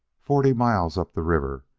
forty miles up the river,